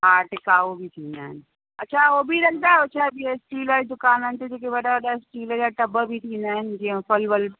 हा टिकाऊ बि थींदा आहिनि अच्छा उहो बि रखंदा आहियो छा जीअं स्टील जी दुकाननि ते जेके वॾा वॾा स्टील जा टब बि थींदा आहिनि जीअं फ़ल वल पैक